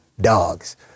dogs